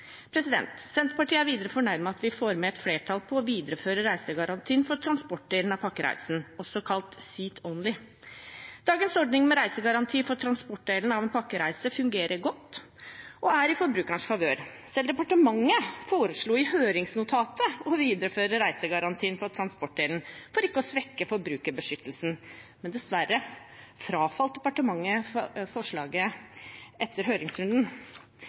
Senterpartiet er videre fornøyd med at vi får med et flertall på å videreføre reisegarantien for transportdelen av pakkereisen, også kalt seat-only. Dagens ordning med reisegaranti for transportdelen av en pakkereise fungerer godt og er i forbrukerens favør. Selv departementet foreslo i høringsnotatet å videreføre reisegarantien for transportdelen for ikke å svekke forbrukerbeskyttelsen, men dessverre frafalt departementet forslaget etter høringsrunden.